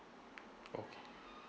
okay